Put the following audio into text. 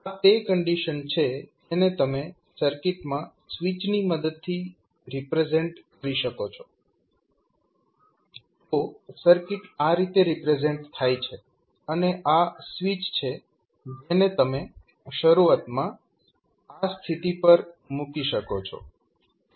આ તે કન્ડીશન છે જેને તમે સર્કિટમાં સ્વિચની મદદથી રિપ્રેઝેન્ટ કરો છો તો સર્કિટ આ રીતે રિપ્રેઝેન્ટ થાય છે અને આ સ્વીચ છે જેને તમે શરૂઆતમાં આ સ્થિતિ પર મૂકી શકો છો